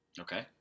Okay